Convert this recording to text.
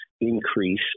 increase